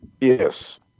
Yes